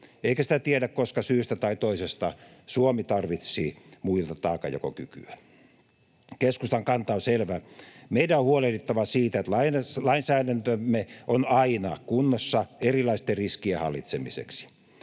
Eikä sitä tiedä, koska syystä tai toisesta Suomi tarvitsisi muilta taakanjakokykyä. Keskustan kanta on selvä. Meidän on huolehdittava siitä, että lainsäädäntömme on aina kunnossa erilaisten riskien hallitsemiseksi.